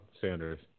Sanders